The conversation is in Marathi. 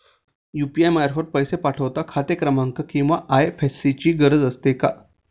यु.पी.आय मार्फत पैसे पाठवता खाते क्रमांक किंवा आय.एफ.एस.सी ची गरज असते का?